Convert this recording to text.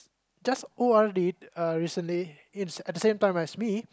just O_R_D uh recently in at at the same time as me